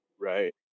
Right